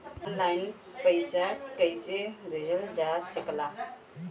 आन line पईसा कईसे भेजल जा सेकला?